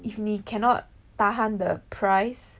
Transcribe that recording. if 你 cannot tahan the price